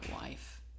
wife